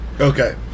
okay